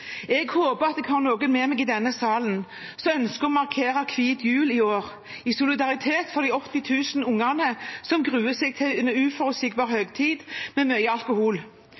Jeg håper at jeg har med meg noen i denne salen som ønsker å markere hvit jul i år, i solidaritet med de 80 000 ungene som gruer seg til en uforutsigbar høytid med mye alkohol.